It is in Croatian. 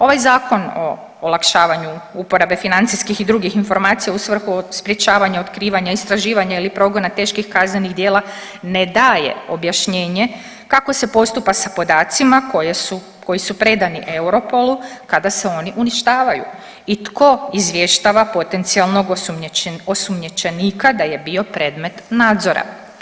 Ovaj Zakon o olakšavanju uporabe financijskih i drugih informacija u svrhu sprječavanja otkrivanja, istraživanja ili progona teških kaznenih djela ne daje objašnjenje kako se postupa sa podacima koji su predani EUROPOL-u kada se oni uništavaju i tko izvještava potencijalnog osumnjičenika da je bio predmet nadzora.